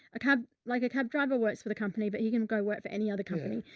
a cab, like a cab driver works for the company, but he can go work for any other company.